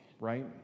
right